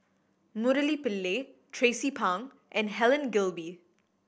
Murali Pillai Tracie Pang and Helen Gilbey